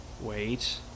wait